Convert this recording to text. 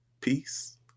Peace